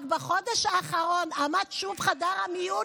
רק בחודש האחרון עמד שוב חדר המיון